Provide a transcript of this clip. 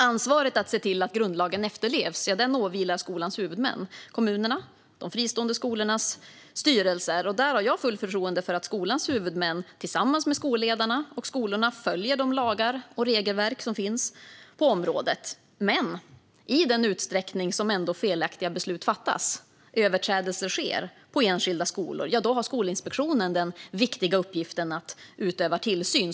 Ansvaret att se till att grundlagen efterlevs åvilar skolans huvudmän, alltså kommunerna och de fristående skolornas styrelser. Jag har fullt förtroende för att skolans huvudmän tillsammans med skolledarna och skolorna följer de lagar och regelverk som finns på området. Men i den utsträckning felaktiga beslut ändå fattas och överträdelser sker på enskilda skolor har Skolinspektionen den viktiga uppgiften att utöva tillsyn.